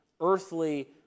earthly